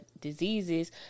diseases